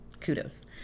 kudos